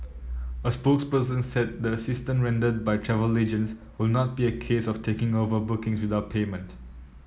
a spokesperson said the assistance rendered by travel agents will not be a case of taking over bookings without payment